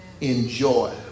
Enjoy